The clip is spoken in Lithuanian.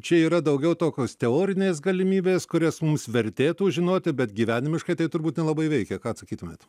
čia yra daugiau tokios teorinės galimybės kurias mums vertėtų žinoti bet gyvenimiškai tai turbūt nelabai veikia ką atsakytumėt